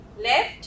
left